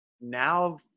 now